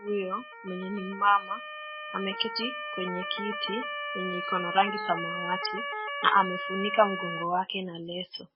Huyo mwenye ni mmama ameketi kwenye kiti yenye iko na rangi samawati na amefunika mgongo wake na leso.